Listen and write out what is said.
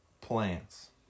plants